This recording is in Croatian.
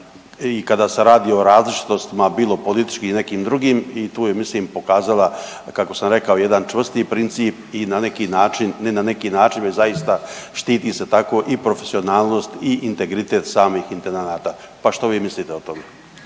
i kada se radi o različitostima bilo političkim ili nekim drugim i tu je mislim pokazala kako sam rekao jedan čvrsti princip i na neki način, ne na neki način već zaista štiti se tako i profesionalnost i integritet samih intendanata, pa što vi mislite o tome?